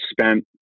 spent